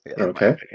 Okay